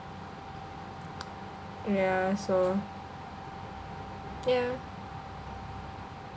yeah so yeah